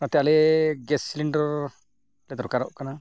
ᱚᱱᱟᱛᱮ ᱟᱞᱮ gas cylinder ᱞᱮ ᱫᱚᱨᱠᱟᱨᱚᱜ ᱠᱟᱱᱟ